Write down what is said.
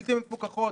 בלתי מפוקחות,